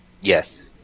Yes